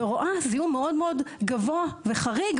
ורואה זיהום מאוד מאוד גבוה וחריג,